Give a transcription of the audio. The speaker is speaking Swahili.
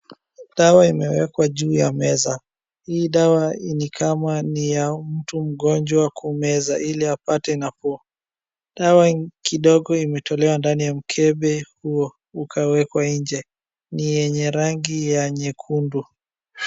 Dawa imewekwa juu ya meza, hii dawa ni kama ni ya mtu mgonjwa ya kumeza ili apate nafuu . Dawa kidogo imetolewa ndani ya mkembe huo ukawekwa nje, ni enye rangi ya nyekundu.